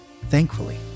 thankfully